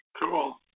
Cool